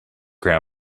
then